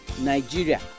Nigeria